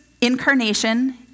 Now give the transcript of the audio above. incarnation